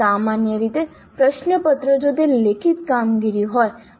સામાન્ય રીતે પ્રશ્નપત્ર જો તે લેખિત કામગીરી હોય